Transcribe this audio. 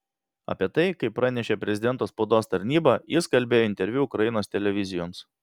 apie tai kaip pranešė prezidento spaudos tarnyba jis kalbėjo interviu ukrainos televizijoms